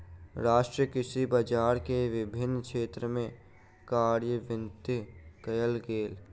राष्ट्रीय कृषि बजार के विभिन्न क्षेत्र में कार्यान्वित कयल गेल